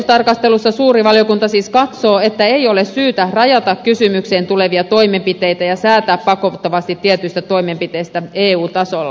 toissijaisuustarkastelussa suuri valiokunta siis katsoo että ei ole syytä rajata kysymykseen tulevia toimenpiteitä ja säätää pakottavasti tietyistä toimenpiteistä eu tasolla